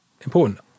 important